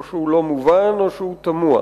או שהוא לא מובן או שהוא תמוה.